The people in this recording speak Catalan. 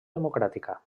democràtica